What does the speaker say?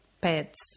pets